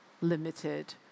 limited